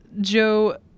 Joe